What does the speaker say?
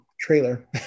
trailer